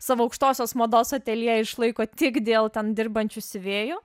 savo aukštosios mados ateljė išlaiko tik dėl ten dirbančių siuvėjų